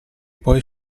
poi